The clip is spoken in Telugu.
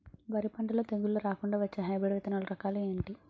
వరి పంటలో తెగుళ్లు రాకుండ వచ్చే హైబ్రిడ్ విత్తనాలు రకాలు ఏంటి?